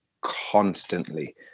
constantly